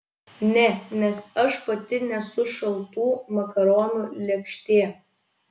ne nes aš pati nesu šaltų makaronų lėkštė